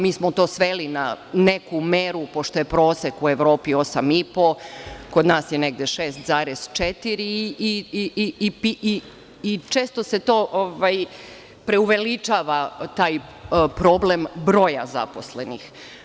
Mi smo to sveli na neku meru, pošto je prosek u Evropi 8,5, a kod nas je 6,4 i često se to preuveličava, taj problem broja zaposlenih.